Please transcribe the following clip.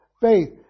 faith